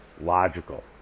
logical